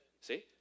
see